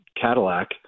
Cadillac